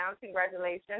Congratulations